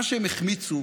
מה שהם החמיצו